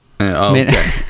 Okay